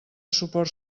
suport